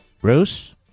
Bruce